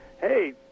hey